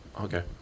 okay